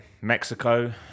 Mexico